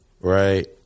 Right